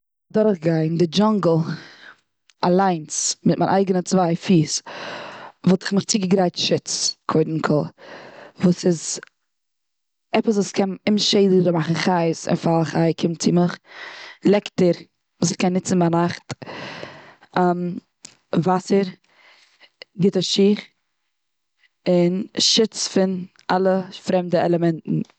דורך גיין די דזשונגל אליינץ מיט די אייגענע צוויי פיס. וואלט איך מיך צוגעגרייט שוץ קודם כל. וואס איז עפעס וואס קען אומשעדיג מאכן חית און פאל א חיה קומט צו מיך, לעקטער וואס מ'קען ניצן ביינאכט, וואסער, גוטע שיך, און שיץ פון אלע פרעמדע עלעמענטן.